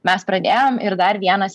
mes pradėjom ir dar vienas